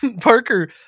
Parker